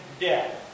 death